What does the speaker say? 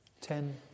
Ten